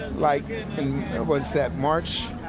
like what's that march?